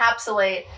encapsulate